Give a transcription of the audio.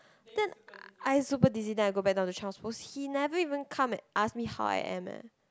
then I super dizzy then I go back down to child's pose he never even come and ask me how I am eh